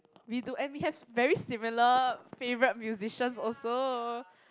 we do and we have very similar favourite musicians also